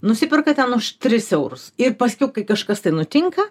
nusiperka ten už tris eurus ir paskiau kai kažkas tai nutinka